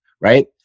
right